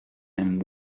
him